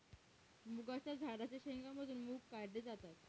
मुगाच्या झाडाच्या शेंगा मधून मुग काढले जातात